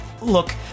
Look